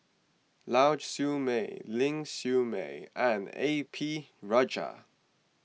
Lau Siew Mei Ling Siew May and A P Rajah